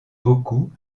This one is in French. beaucoup